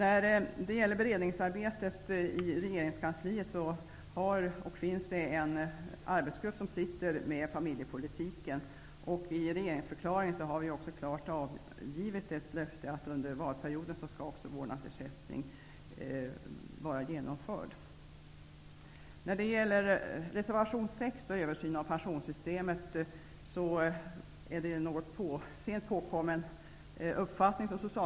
I regeringskansliet finns det en arbetsgrupp som sysslar med familjepolitiken, och i regeringsförklaringen har klart avgivits ett löfte om att under valperioden skall vårdnadsersättning vara genomförd. I reservation 6, som gäller översyn av pensionssystemet, redovisar Socialdemokraterna en något sent påkommen uppfattning.